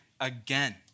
again